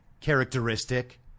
characteristic